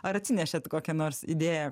ar atsinešėt kokią nors idėją